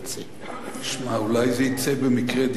שמע, אולי זה יֵצא במקרה דברי טעם.